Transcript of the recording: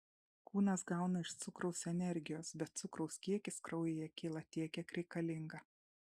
kūnas gauna iš cukraus energijos bet cukraus kiekis kraujyje kyla tiek kiek reikalinga